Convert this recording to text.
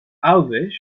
alves